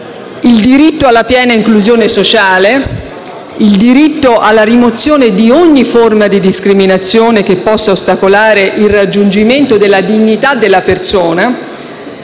il diritto alla piena inclusione sociale, il diritto alla rimozione di ogni forma di discriminazione, che possa ostacolare il raggiungimento della dignità della persona,